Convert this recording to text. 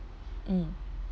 mm